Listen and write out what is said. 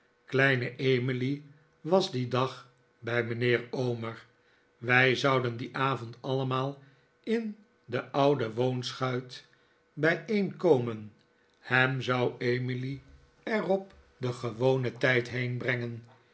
kleine emily was dien dag bij mijnheer omer wij zouden dien avond allemaal in de oude woonschuit bijeenkomen ham zou emily er op den gewonen tijd heenbrengen